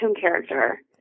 character